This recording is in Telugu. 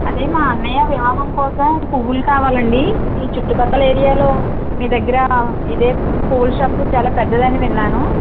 అదే మా అన్నయ్య వివాహం కోసం పువ్వులు కావాలండి ఈ చుట్టుపక్కల ఏరియాలో మీ దగ్గర ఇదే పువ్వుల షాప్ చాలా పెద్దదని విన్నాను